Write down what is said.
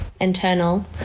internal